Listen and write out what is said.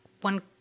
One